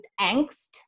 angst